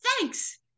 thanks